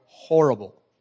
horrible